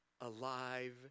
alive